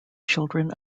children